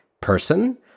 person